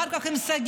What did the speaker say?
אחר כך עם שגית,